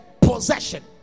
possession